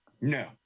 No